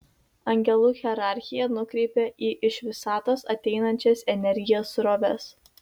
angelų hierarchija nukreipia į iš visatos ateinančias energijos sroves